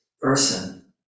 person